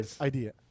idea